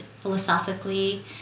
philosophically